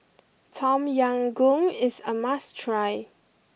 Tom Yam Goong is a must try